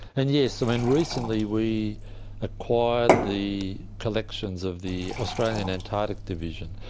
and yes, so and recently we acquired the collections of the australian antarctic division,